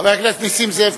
חבר הכנסת נסים זאב, בבקשה.